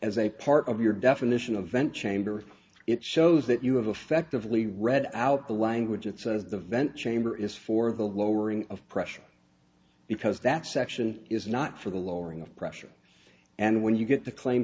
as a part of your definition a vent chamber if it shows that you have affectively read out the language it says the vent chamber is for the lowering of pressure because that section is not for the lowering of pressure and when you get to claim